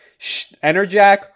Enerjack